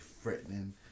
threatening